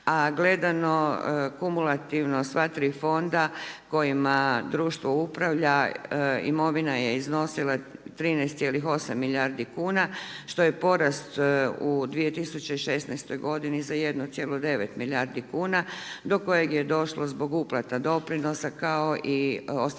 a gledano kumulativno sva tri fonda kojima društvo upravlja imovina je iznosila 13,8 milijardi kuna što je porast u 2016. godini za 1,9 milijardi kuna do kojeg je došlo zbog uplata doprinosa kao i ostvarenih